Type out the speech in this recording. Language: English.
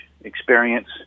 experience